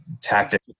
tactic